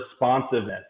responsiveness